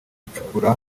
gucukura